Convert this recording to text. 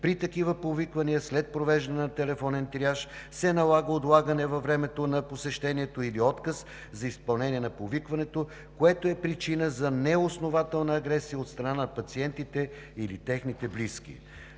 При такива повиквания, след провеждане на телефонен триаж, се налага отлагане във времето на посещението или отказ за изпълнение на повикването, което е причина за неоснователна агресия от страна на пациентите или техните близки.